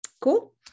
Cool